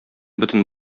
бөтен